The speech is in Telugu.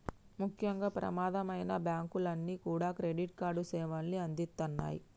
ముఖ్యంగా ప్రమాదమైనా బ్యేంకులన్నీ కూడా క్రెడిట్ కార్డు సేవల్ని అందిత్తన్నాయి